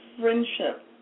friendship